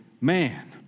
man